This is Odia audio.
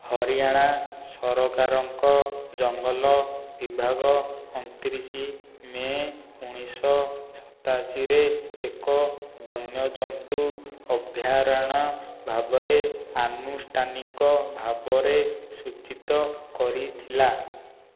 ହରିୟାଣା ସରକାରଙ୍କ ଜଙ୍ଗଲ ବିଭାଗ ଅଣତିରିଶ ମେ ଉଣାଇଶଶହ ସତାଅଶିରେ ଏକ ବନ୍ୟଜନ୍ତୁ ଅଭୟାରଣ୍ୟ ଭାବରେ ଆନୁଷ୍ଠାନିକ ଭାବରେ ସୂଚିତ କରିଥିଲା